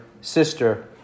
sister